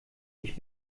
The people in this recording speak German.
ich